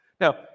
Now